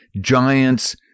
giants